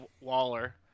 Waller